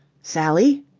sally?